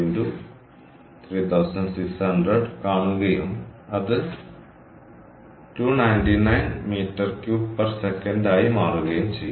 5 x 3600 കാണുകയും അത് 299 m3s ആയി മാറുകയും ചെയ്യും